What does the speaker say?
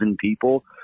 people